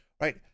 Right